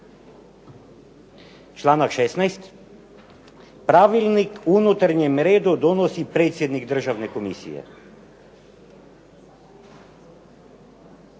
Članak 16. "Pravilnik o unutarnjem redu donosi predsjednik državne komisije".